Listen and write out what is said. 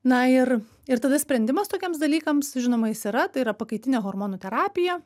na ir ir tada sprendimas tokiems dalykams žinoma jis yra tai yra pakaitinė hormonų terapija